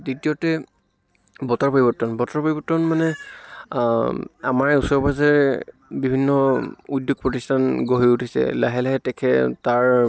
দ্বিতীয়তে বতৰ পৰিৱৰ্তন বতৰ পৰিৱৰ্তন মানে আমাৰে ওচৰে পাজৰে বিভিন্ন উদ্য়োগ প্ৰতিষ্ঠান গঢ়ি উঠিছে লাহে লাহে তেখে তাৰ